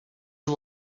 you